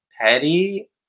petty